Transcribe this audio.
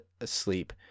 asleep